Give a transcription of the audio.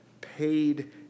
paid